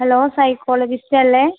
hello psychologist അല്ലേ